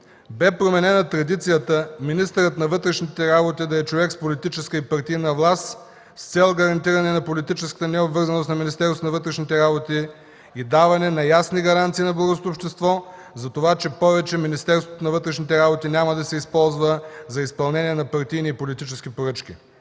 Бе променена традицията министърът на вътрешните работи да е човек с политическа и партийна власт, с цел гарантиране на политическа необвързаност на Министерството на вътрешните работи и даване на ясни гаранции на българското общество за това, че повече Министерството на вътрешните работи няма да се използва за изпълнение на партийни и политически поръчки.